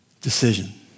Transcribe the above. decision